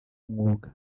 umwuga